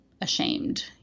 ashamed